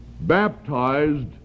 baptized